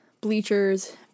Bleachers